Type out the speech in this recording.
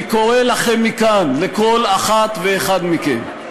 אני קורא לכם מכאן, לכל אחת ואחד מכם: